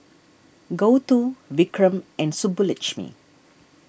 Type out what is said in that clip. Gouthu Vikram and Subbulakshmi